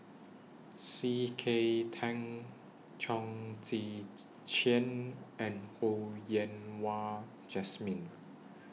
C K Tang Chong Tze Chien and Ho Yen Wah Jesmine